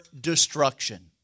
destruction